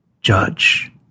judge